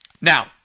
Now